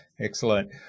excellent